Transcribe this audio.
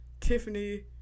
Tiffany